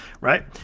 right